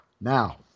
Now